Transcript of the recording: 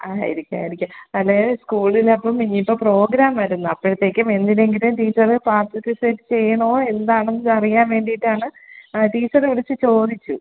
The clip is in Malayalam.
ആയിരിക്കും ആയിരിക്കും അല്ലെ സ്കൂളിലിപ്പം ഇനി ഇപ്പോൾ പ്രോഗ്രാം വരുന്നു അപ്പഴത്തേയ്ക്കും എന്തിനെങ്കിലും ടീച്ചറ് പാർട്ടിസിപ്പേറ്റ് ചെയ്യണോ എന്താണന്നറിയാൻ വേണ്ടിയിട്ടാണ് ആ ടീച്ചറ് വിളിച്ച് ചോദിച്ചു